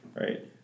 Right